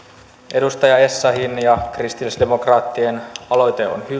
edustaja essayahin ja kristillisdemokraattien aloite on hyvä aloite antaa